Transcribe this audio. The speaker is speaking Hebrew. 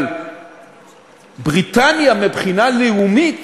אבל בריטניה, מבחינה לאומית,